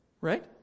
right